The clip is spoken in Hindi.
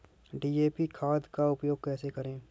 डी.ए.पी खाद का उपयोग कैसे करें?